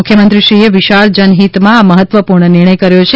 મુખ્યમંત્રીશ્રીએ વિશાળ જનહિતમાં આ મહત્વપૂર્ણ નિર્ણય કર્યો છે